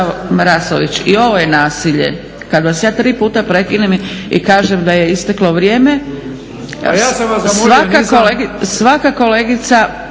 i ovo je nasilje, kad vas ja tri puta prekinem i kažem da je isteklo vrijeme. **Marasović,